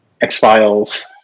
x-files